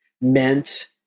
meant